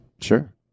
Sure